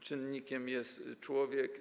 czynnikiem jest człowiek.